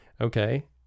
Okay